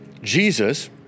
Jesus